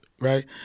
Right